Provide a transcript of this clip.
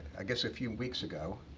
i guess a few weeks ago.